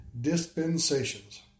dispensations